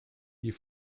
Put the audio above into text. die